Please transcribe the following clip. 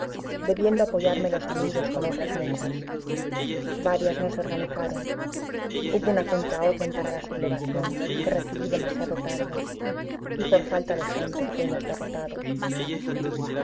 debiendo apoyarme los amigos con otras muchas varias no se organizaron hubo una contraorden para la sublevación que recibí demasiado tarde y por falta de gente fuimos derrotados